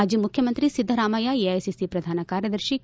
ಮಾಜಿ ಮುಖ್ಯಮಂತ್ರಿ ಸಿದ್ದರಾಮಯ್ಯ ಎಐಸಿಸಿ ಪ್ರಧಾನ ಕಾರ್ಯದರ್ಶಿ ಕೆ